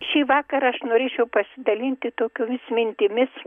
šįvakar aš norėčiau pasidalinti tokiomis mintimis